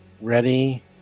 ready